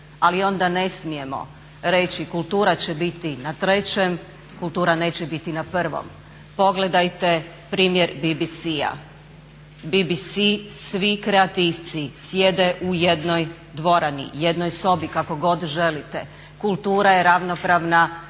ali onda ne smijemo reći kultura će biti na Trećem, kultura neće biti na Prvom. Pogledajte primjer BBC-a. BBC svi kreativci sjede u jednoj dvorani, jednoj sobi kako god želite, kultura je ravnopravna